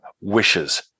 wishes